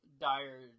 dire